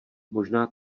možná